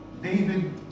David